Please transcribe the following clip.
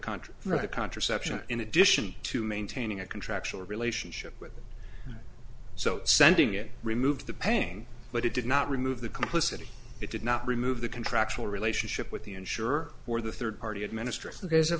country right to contraception in addition to maintaining a contractual relationship with so sending it removed the paying but it did not remove the complicity it did not remove the contractual relationship with the insurer or the third party administ